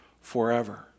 forever